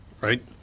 right